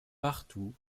partout